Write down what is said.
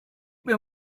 mir